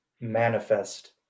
manifest